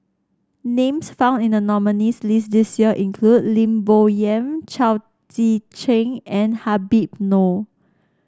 names found in the nominees' list this year include Lim Bo Yam Chao Tzee Cheng and Habib Noh